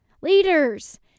Leaders